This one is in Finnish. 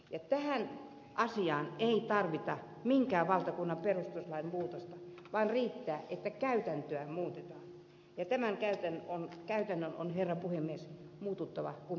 ja tähän asiaan ei tarvita minkään valtakunnan perustuslain muutosta vaan riittää että käytäntöä muutetaan ja tämän käytännön on herra puhemies muututtava kun presidentti vaihtuu